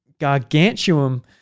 gargantuan